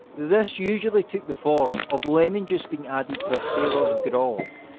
this usually took the form of lemon juice being added to a sailors grog,